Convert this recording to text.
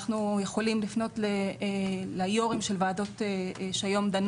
אנחנו יכולים לפנות ליו"רים של הוועדות שדנות